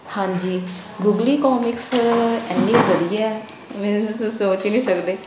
ਹਾਂਜੀ googly comics ਇੰਨੀ ਵਧੀਆ ਹੈ ਮੀਨਜ਼ ਤੁਸੀਂ ਸੋਚ ਹੀ ਨਹੀਂ ਸਕਦੇ